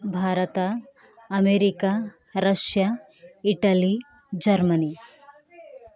Bharat America Russia Italy Germany